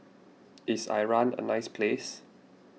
is Iran a nice place